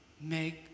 make